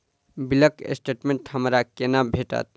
बिलक स्टेटमेंट हमरा केना भेटत?